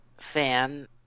fan